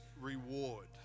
reward